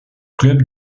club